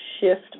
shift